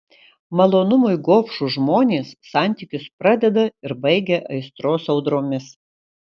malonumui gobšūs žmonės santykius pradeda ir baigia aistros audromis